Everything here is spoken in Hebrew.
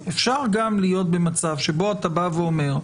אפשר גם להיות במצב שבו אתה אומר,